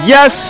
Yes